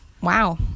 wow